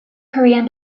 korean